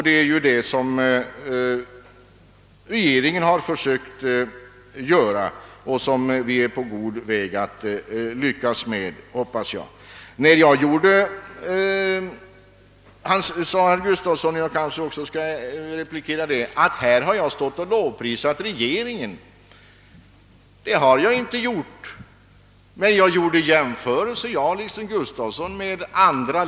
Det är det som regeringen försökt göra och som vi är på god väg att lyckas med, hoppas jag. Jag kanske också skall replikera herr Gustafsons i Göteborg påstående att jag hade stått här och lovprisat regeringen. Det har jag inte gjort, men liksom herr Gustafson har jag gjort jämförelser med andra.